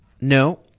No